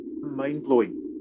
mind-blowing